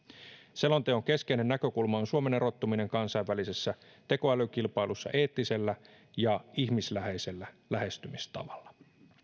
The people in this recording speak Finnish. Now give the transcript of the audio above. selonteon keskeinen näkökulma on suomen erottuminen kansainvälisessä tekoälykilpailussa eettisellä ja ihmisläheisellä lähestymistavalla